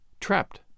Trapped